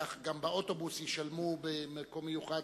כך גם באוטובוס ישלמו למקום מיוחד,